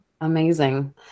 Amazing